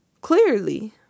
Clearly